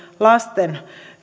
lasten